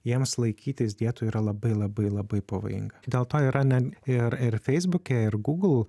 jiems laikytis dietų yra labai labai labai pavojinga dėl to yra ne ir ir feisbuke ir google